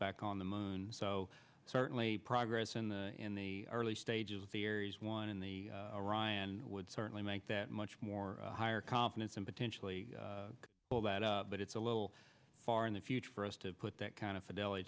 back on the moon so certainly progress in the in the early stages of the aries one in the arayan would certainly make that much more higher confidence and potentially all that but it's a little far in the future for us to put that kind of fideli